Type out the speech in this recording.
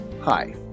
Hi